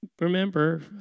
Remember